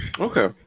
Okay